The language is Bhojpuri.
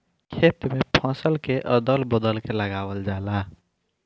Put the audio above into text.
खेत में फसल के अदल बदल के लगावल जाला